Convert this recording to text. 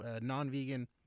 non-vegan